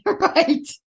right